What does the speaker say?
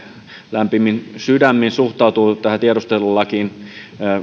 lämpimin sydämin suhtautuvat tähän tiedustelulakiin